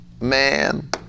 Man